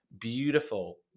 beautiful